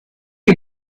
you